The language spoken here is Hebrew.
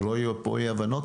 שלא יהיו פה אי-הבנות,